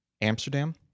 Amsterdam